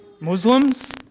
Muslims